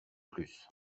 plus